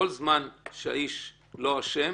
כל זמן שהאיש לא אשם,